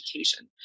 education